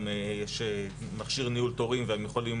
גם יש מכשיר ניהול תורים והם יכולים